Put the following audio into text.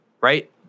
right